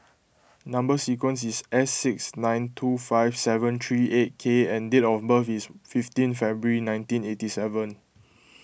Number Sequence is S six nine two five seven three eight K and date of birth is fifteen February nineteen eighty seven